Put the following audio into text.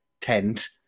tent